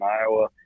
Iowa